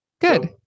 good